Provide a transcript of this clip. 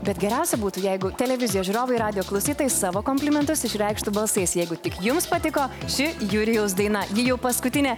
bet geriausia būtų jeigu televizijos žiūrovai radijo klausytojai savo komplimentus išreikštų balsais jeigu tik jums patiko ši jurijaus daina ji jau paskutinė